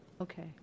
Okay